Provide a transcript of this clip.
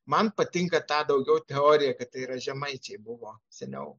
man patinka ta daugiau teorija kad tai yra žemaičiai buvo seniau